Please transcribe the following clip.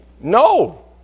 No